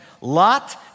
Lot